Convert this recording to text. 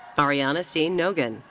ariana c. nogin,